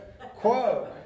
quo